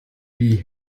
die